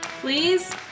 please